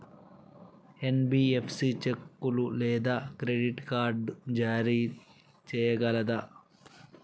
NBFC చెక్కులు లేదా credit card జారీ చేయగలదా?